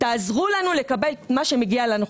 תעזרו לנו לקבל את מה שמגיע לנו.